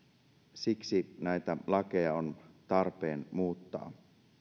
siksi näitä lakeja on tarpeen muuttaa